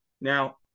Now